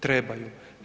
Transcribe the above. Trebaju.